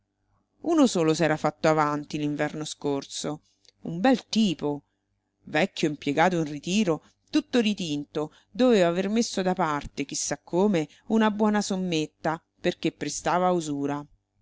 uno solo s'era fatto avanti l'inverno scorso un bel tipo vecchio impiegato in ritiro tutto ritinto doveva aver messo da parte chi sa come una buona sommetta perché prestava a usura